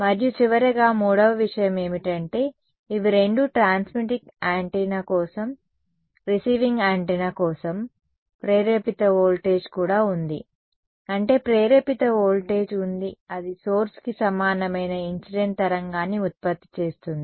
మరియు చివరగా మూడవ విషయం ఏమిటంటే ఇవి రెండూ ట్రాన్స్మిటింగ్ యాంటెన్నా కోసం స్వీకరించే యాంటెన్నా కోసం ప్రేరేపిత వోల్టేజ్ కూడా ఉంది అంటే ప్రేరేపిత వోల్టేజ్ ఉంది అది సోర్స్ కి సమానమైన ఇన్సిడెంట్ తరంగాన్ని ఉత్పత్తి చేస్తుంది